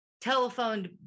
telephoned